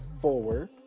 forward